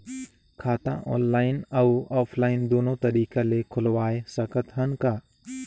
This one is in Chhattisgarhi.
खाता ऑनलाइन अउ ऑफलाइन दुनो तरीका ले खोलवाय सकत हन का?